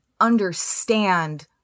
understand